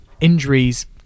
injuries